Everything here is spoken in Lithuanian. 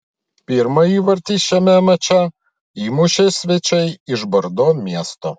pirmą įvartį šiame mače įmušė svečiai iš bordo miesto